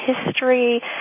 history